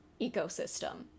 ecosystem